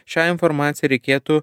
šią informaciją reikėtų